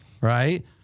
right